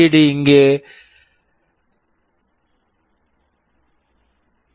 D LED இங்கே உள்ளது ஒரு எல்